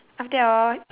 after that hor